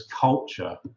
culture